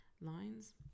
lines